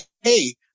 hey